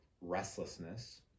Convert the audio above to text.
restlessness